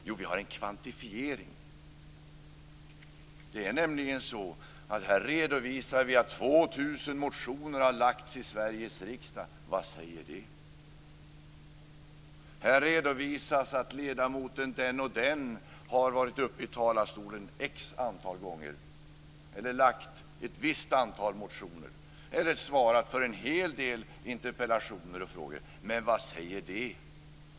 Jo, vi har en kvantifiering. Här redovisar vi att 2 000 motioner har väckts i Sveriges riksdag. Vad säger det? Här redovisas att ledamoten den och den har varit uppe i talarstolen X gånger, väckt ett visst antal motioner eller svarat för en hel del interpellationer och frågor. Men vad säger det?